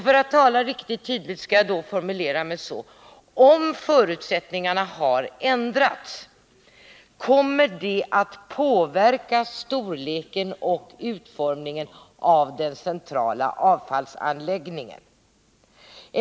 För att tala riktigt tydligt skall jag formulera mig så här: Om förutsättningarna har ändrats, kommer det att påverka storleken på och utformningen av den centrala avfallsanläggningen?